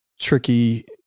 tricky